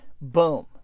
Boom